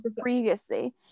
previously